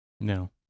No